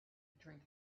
drink